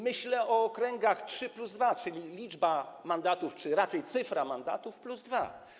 Myślę o okręgach trzy plus dwa, czyli liczbie mandatów czy raczej cyfrze mandatów plus dwa.